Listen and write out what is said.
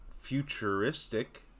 futuristic